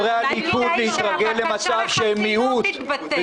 קשה לחברי הליכוד להתרגל למצב שהם מיעוט.